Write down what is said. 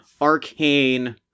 arcane